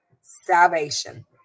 Salvation